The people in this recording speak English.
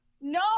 No